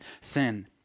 sin